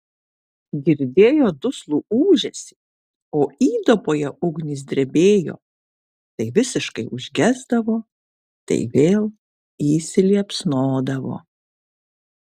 girdėjo duslų ūžesį o įduboje ugnys drebėjo tai visiškai užgesdavo tai vėl įsiliepsnodavo